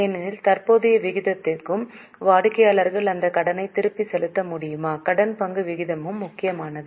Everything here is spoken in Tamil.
ஏனெனில் தற்போதைய விகிதத்திற்கும் வாடிக்கையாளர் அந்தக் கடனைத் திருப்பிச் செலுத்த முடியுமா கடன் பங்கு விகிதமும் முக்கியமானது